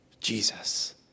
Jesus